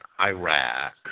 Iraq